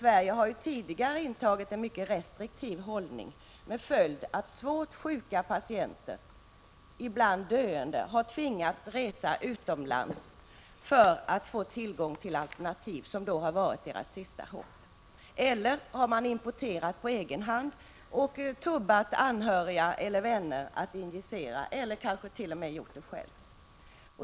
Sverige har tidigare intagit en mycket restriktiv hållning, med följd att svårt sjuka patienter, ibland döende, har tvingats resa utomlands för att få tillgång till alternativ som har varit deras sista hopp. Eller också har man importerat på egen hand och tubbat anhöriga eller vänner att injicera eller kanske t.o.m. gjort det själv.